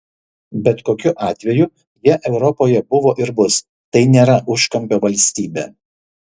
bet kokiu atveju jie europoje buvo ir bus tai nėra užkampio valstybė